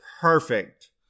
perfect